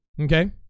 Okay